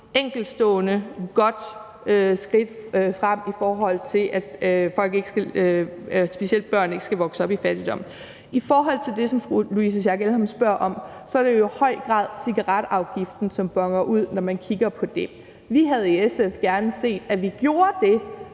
enkeltstående godt skridt fremad, specielt i forhold til at børn ikke skal vokse op i fattigdom. I forhold til det, som fru Louise Schack Elholm spørger om, er det jo i høj grad cigaretafgiften, som boner ud, når man kigger på det. Vi havde i SF gerne set, at vi gjorde det,